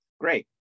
Great